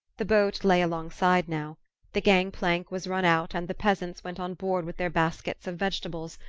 the boat lay alongside now the gang-plank was run out and the peasants went on board with their baskets of vegetables,